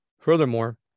Furthermore